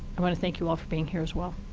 i want to thank you all for being here as well.